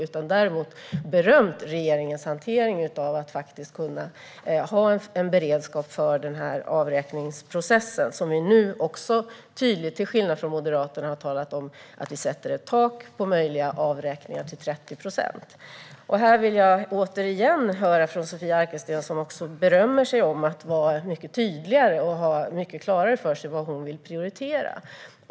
Man har däremot berömt regeringens hantering av att kunna ha en beredskap för den avräkningsprocess där vi nu, till skillnad från Moderaterna, tydligt har talat om att vi sätter ett tak på 30 procent för möjliga avräkningar. Sofia Arkelsten berömmer sig för att vara mycket tydligare och för att ha klart för sig vad hon vill prioritera.